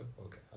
Okay